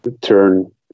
turn